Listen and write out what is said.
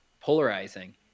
polarizing